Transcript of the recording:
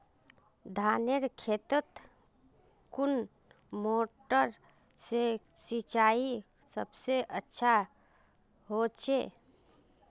धानेर खेतोत कुन मोटर से सिंचाई सबसे अच्छा होचए?